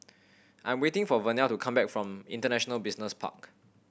I am waiting for Vernelle to come back from International Business Park